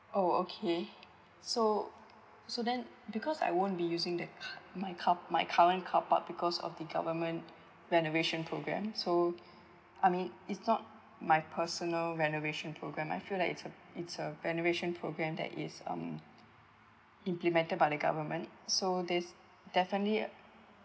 oh okay so so then because I won't be using that car~ my car my current carpark because of the government renovation program so I mean it's not my personal renovation program I feel like it's uh it's a renovation program that is um implemented by the government so this definitely